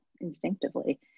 instinctively